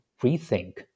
rethink